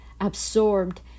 absorbed